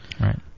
Right